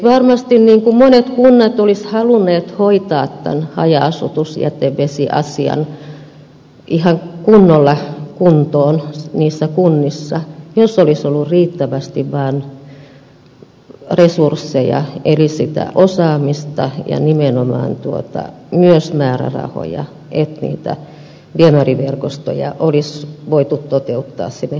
varmasti monet kunnat olisivat halunneet hoitaa tämän haja asutusjätevesiasian ihan kunnolla kuntoon niissä kunnissa jos olisi ollut riittävästi vaan resursseja eli sitä osaamista ja nimenomaan myös määrärahoja että niitä viemäriverkostoja olisi voitu toteuttaa sinne haja asutusalueelle